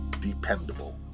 dependable